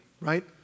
right